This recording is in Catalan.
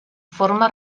forma